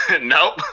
Nope